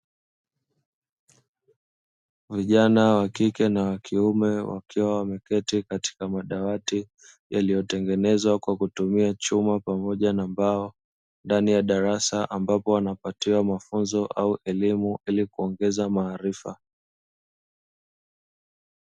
Vijana wakike na wakiume wakiwa wameketi katika madawati yaliyo tengenezwa kwa kutumia chuma pamoja na mbao ndani ya darasa ambapo wanapatiwa mafunzo au elimu ili kuongeza maarifa.